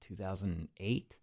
2008